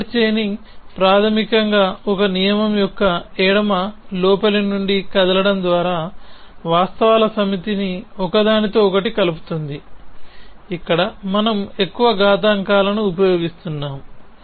forward chaining ప్రాథమికంగా ఒక నియమం యొక్క ఎడమ లోపలి నుండి కదలడం ద్వారా వాస్తవాల సమితిని ఒకదానితో ఒకటి కలుపుతుంది ఇక్కడ మనము ఎక్కువ ఘాతాంకాలను ఉపయోగిస్తున్నాము